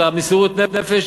של מסירות הנפש,